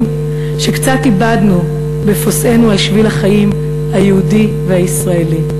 שקצת איבדנו בפוסענו על שביל החיים היהודי והישראלי.